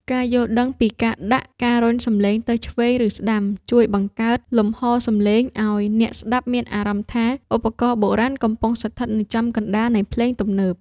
ការយល់ដឹងពីការដាក់ ការរុញសំឡេងទៅឆ្វេង ឬស្ដាំ ជួយបង្កើតលំហសំឡេងឱ្យអ្នកស្ដាប់មានអារម្មណ៍ថាឧបករណ៍បុរាណកំពុងស្ថិតនៅចំកណ្ដាលនៃភ្លេងទំនើប។